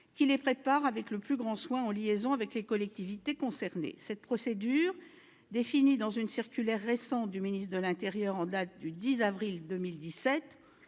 qui les préparent avec le plus grand soin, en liaison avec les collectivités concernées. Cette procédure, définie dans une circulaire du ministre de l'intérieur en date du 10 avril 2017,